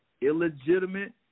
illegitimate